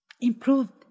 improved